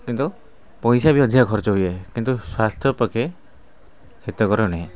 କିନ୍ତୁ ପଇସା ବି ଅଧିକା ଖର୍ଚ୍ଚ ହୁଏ କିନ୍ତୁ ସ୍ଵାସ୍ଥ୍ୟ ପକ୍ଷେ ହିତକର ନୁହେଁ